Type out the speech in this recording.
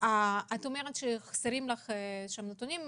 אומרת שחסרים לך נתונים,